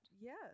Yes